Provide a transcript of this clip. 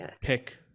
pick